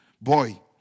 boy